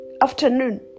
afternoon